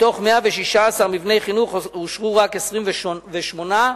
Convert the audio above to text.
ומ-116 מבני חינוך אושרו רק 28,